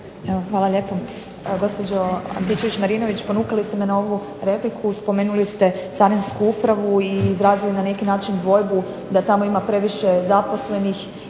Hvala lijepo. Gospođo Antičević-Marinović, ponukali ste me na ovu repliku, spomenuli ste Carinsku upravu i izrazili na neki način dvojbu da tamo ima previše zaposlenih